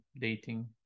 dating